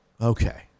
Okay